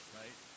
right